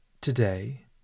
Today